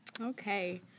Okay